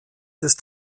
ist